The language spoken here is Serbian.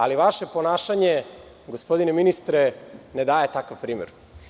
Ali, vaše ponašanje gospodine ministre, ne daje takav primer.